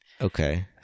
Okay